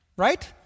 right